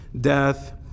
death